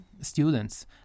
students